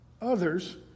others